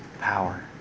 power